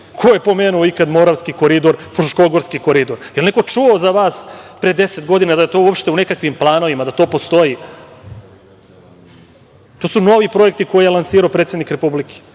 Ko je pomenuo ikada Moravski koridor, Fruškogorski koridor. Jel neko čuo od vas pre 10 godina da je to uopšte u nekakvim planovima, da to postoji? To su novi projekti koje je lansirao predsednik Republike.